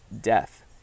death